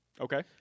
Okay